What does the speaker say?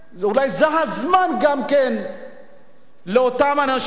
אולי זה הזמן גם כן לאותם אנשים,